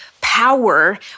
power